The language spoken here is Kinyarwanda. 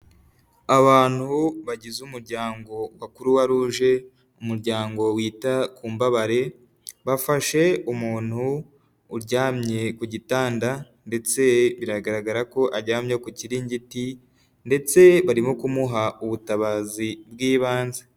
Abantu bagize umuryango wa kuruwaruje, umuryango wita ku imbabare bafashe umuntu uryamye ku gitanda, ndetse biragaragara ko aryamye ku kiringiti ndetse barimo kumuha ubutabazi bw'ibanze.